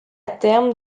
terme